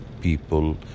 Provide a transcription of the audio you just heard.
people